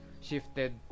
shifted